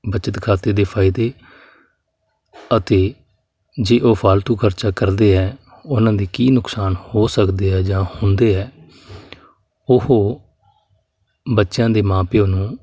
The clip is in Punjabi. ਬਚਤ ਖਾਤੇ ਦੇ ਫਾਇਦੇ ਅਤੇ ਜੇ ਉਹ ਫਾਲਤੂ ਖਰਚਾ ਕਰਦੇ ਹੈ ਉਹਨਾਂ ਦੇ ਕੀ ਨੁਕਸਾਨ ਹੋ ਸਕਦੇ ਆ ਜਾਂ ਹੁੰਦੇ ਹੈ ਉਹ ਬੱਚਿਆਂ ਦੇ ਮਾਂ ਪਿਓ ਨੂੰ